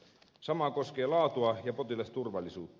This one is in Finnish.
sama koskee laatua ja potilasturvallisuutta